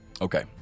Okay